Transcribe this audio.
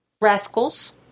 Rascals